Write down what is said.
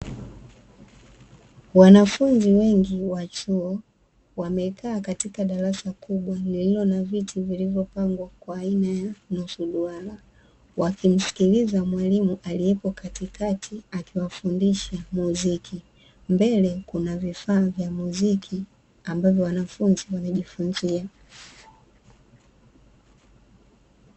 Wanafunzi wengi wa chuo wamekaa katika darasa kubwa lililo na viti vilivyopangwa kwa aina ya nusu mduara; wakimsikiliza mwalimu aliyeko katikati, akiwafundisha muziki. Mbele kuna vifaa vya muziki ambavyo wanafunzi wanajifunzia.